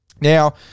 Now